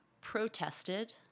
protested